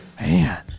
Man